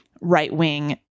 right-wing